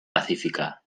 pacífica